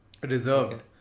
reserved